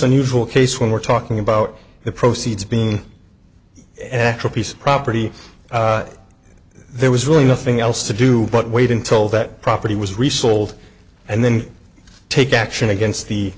unusual case when we're talking about the proceeds being extra piece of property there was really nothing else to do but wait until that property was resold and then take action against the